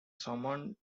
summoned